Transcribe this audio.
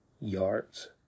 yards